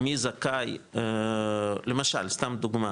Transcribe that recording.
מי זכאי, למשל סתם דוגמא,